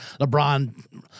LeBron